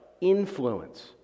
influence